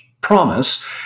promise